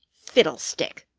fiddlestick!